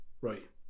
right